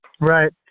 Right